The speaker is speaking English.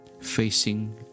facing